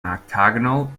octagonal